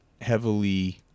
heavily